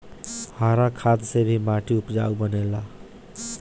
हरा खाद से भी माटी उपजाऊ बनेला